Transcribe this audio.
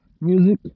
Music